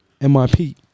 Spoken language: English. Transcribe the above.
MIP